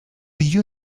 you